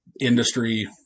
Industry